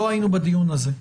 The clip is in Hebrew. לא היינו בדיון הזה.